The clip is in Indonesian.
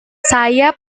saya